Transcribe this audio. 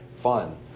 fun